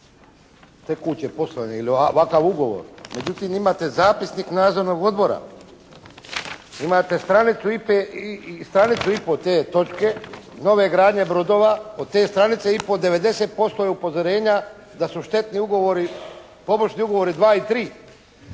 tekuće poslove ili ovakav ugovor. Međutim, imate zapisnik nadzornog odbora. Imate stranicu i pol te točke nove gradnje brodova. Od te stranice i pol 90% je upozorenja da su štetni ugovori poboćni ugovori 2 i 3